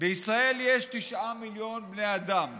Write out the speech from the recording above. בישראל יש 9 מיליון בני אדם.